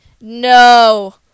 No